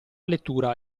lettura